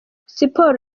siporo